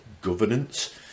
governance